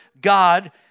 God